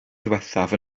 ddiwethaf